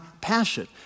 passion